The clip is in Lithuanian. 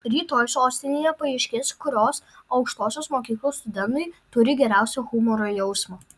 rytoj sostinėje paaiškės kurios aukštosios mokyklos studentai turi geriausią humoro jausmą